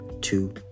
two